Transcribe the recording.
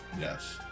Yes